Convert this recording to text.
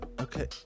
Okay